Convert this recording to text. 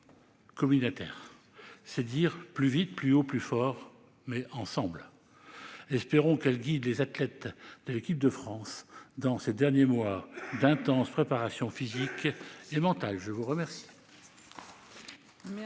:, c'est-à-dire :« plus vite, plus haut, plus fort -ensemble ». Espérons qu'elle guide les athlètes de l'équipe de France dans ces derniers mois d'intense préparation physique et mentale. La parole